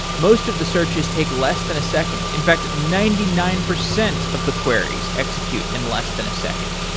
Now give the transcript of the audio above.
most of the searches take less than a second. in fact ninety nine percent of the queries execute in less than a second.